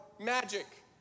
magic